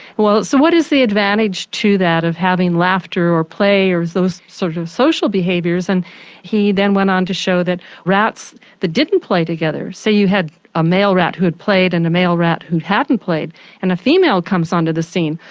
well so what is the advantage to that of having laughter or play or those sort of social behaviours? and he then went on to show that rats that didn't play together say you had a male rat who had played and a male rat who hadn't played and a female comes onto the scene.